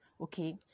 Okay